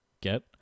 get